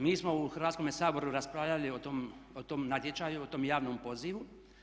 Mi smo u Hrvatskome saboru raspravljali o tom natječaju, o tom javnom pozivu.